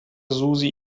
susi